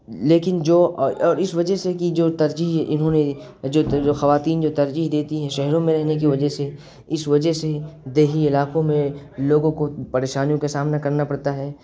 لیکن جو اور اس وجہ سے کہ جو ترجیح انہوں نے جو خواتین جو ترجیح دیتی ہیں شہروں میں رہنے کی وجہ سے اس وجہ سے دیہی علاقوں میں لوگوں کو پریشانیوں کا سامنا کرنا پڑتا ہے